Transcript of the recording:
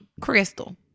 Crystal